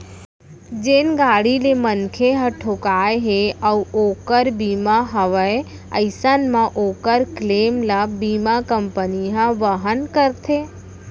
जेन गाड़ी ले मनखे ह ठोंकाय हे अउ ओकर बीमा हवय अइसन म ओकर क्लेम ल बीमा कंपनी ह वहन करथे